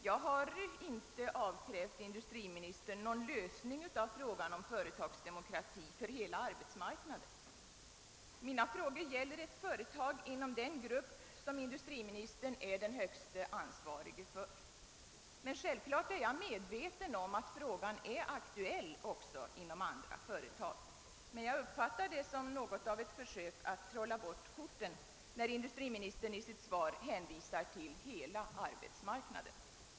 Jag har inte avkrävt industriministern någon lösning av frågan om företagsdemokrati för hela arbetsmarknaden. Mina frågor gäller ett företag inom den grupp som industriministern är den högste ansvarige för. Men självfallet är jag medveten om att frågan är aktuell också inom andra företag. Jag uppfattar det som något av ett försök att trolla bort korten när industriministern i sitt svar hänvisar till hela arbetsmarknaden.